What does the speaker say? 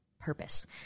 purpose